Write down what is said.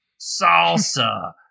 Salsa